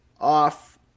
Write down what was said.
off